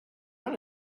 run